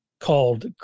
called